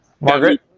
Margaret